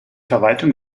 verwaltung